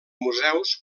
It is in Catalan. museus